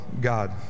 God